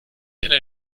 einer